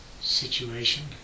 situation